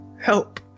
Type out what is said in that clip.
help